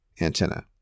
Antenna